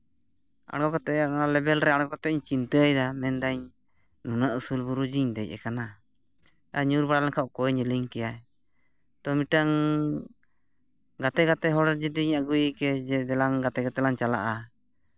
ᱟᱬᱜᱚ ᱠᱟᱛᱮᱫ ᱚᱱᱟ ᱞᱮᱵᱮᱞ ᱨᱮ ᱟᱬᱜᱚ ᱠᱟᱛᱮᱫ ᱤᱧ ᱪᱤᱱᱛᱟᱹᱭᱫᱟ ᱢᱮᱱᱫᱟᱹᱧ ᱱᱩᱱᱟᱹᱜ ᱩᱥᱩᱞ ᱵᱩᱨᱩ ᱡᱮᱧ ᱫᱮᱡ ᱟᱠᱟᱱᱟ ᱟᱨ ᱧᱩᱨ ᱵᱟᱲᱟ ᱞᱮᱱᱠᱷᱟᱱ ᱚᱠᱚᱭ ᱧᱮᱞᱤᱧ ᱠᱮᱭᱟ ᱛᱳ ᱢᱤᱫᱴᱟᱱ ᱜᱟᱛᱮ ᱜᱟᱛᱮ ᱦᱚᱲ ᱡᱩᱫᱤᱧ ᱟᱹᱜᱩᱭᱮ ᱜᱮᱭᱟ ᱫᱮᱞᱟᱝ ᱜᱟᱛᱮ ᱜᱟᱛᱮ ᱞᱟᱝ ᱪᱟᱞᱟᱜᱼᱟ